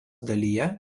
dalyje